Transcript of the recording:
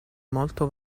molto